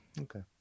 Okay